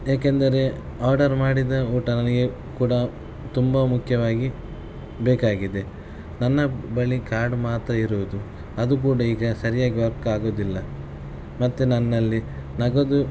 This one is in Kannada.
ಏಕೆಂದರೆ ಆರ್ಡರ್ ಮಾಡಿದ ಊಟ ನನಗೆ ಕೂಡ ತುಂಬ ಮುಖ್ಯವಾಗಿ ಬೇಕಾಗಿದೆ ನನ್ನ ಬಳಿ ಕಾರ್ಡ್ ಮಾತ್ರ ಇರುವುದು ಅದು ಕೂಡ ಈಗ ಸರಿಯಾಗಿ ವರ್ಕ್ ಆಗೋದಿಲ್ಲ ಮತ್ತು ನನ್ನಲ್ಲಿ ನಗದು